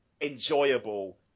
enjoyable